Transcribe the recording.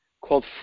called